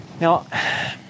Now